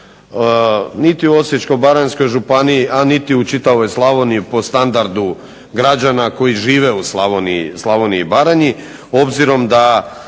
niti u Osječko-baranjskoj županiji, a niti u čitavoj Slavoniji po standardu građana koji žive u Slavoniji i Baranji. Obzirom da